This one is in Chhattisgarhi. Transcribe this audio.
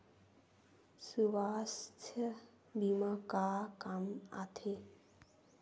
सुवास्थ बीमा का काम आ थे?